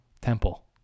Temple